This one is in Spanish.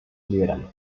liberales